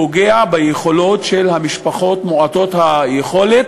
פוגע ביכולות של המשפחות מעוטות היכולת,